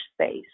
space